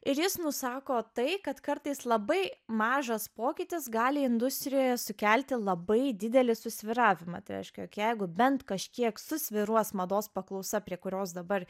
ir jis nusako tai kad kartais labai mažas pokytis gali industrijoje sukelti labai didelį susvyravimą tai reiškia jog jeigu bent kažkiek susvyruos mados paklausa prie kurios dabar